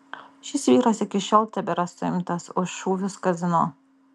šis vyras iki šiol tebėra suimtas už šūvius kazino